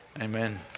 Amen